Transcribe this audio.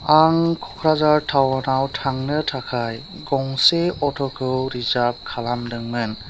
आं क'क्राझार टाउनाव थांनो थाखाय गंसे अट'खौ रिजाभ खालामदोंमोन